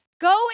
Go